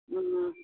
हूँ